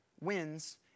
wins